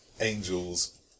angels